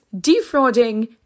defrauding